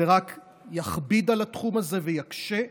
זה רק יכביד על התחום הזה ויקשה,